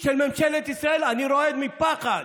אחד של ממשלת ישראל, אני רועד מפחד.